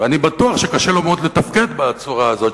ואני בטוח שקשה לו מאוד לתפקד בצורה הזאת,